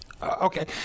Okay